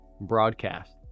broadcast